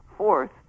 Fourth